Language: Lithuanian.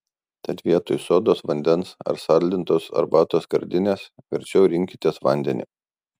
tad vietoj sodos vandens ar saldintos arbatos skardinės verčiau rinkitės vandenį